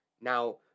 Now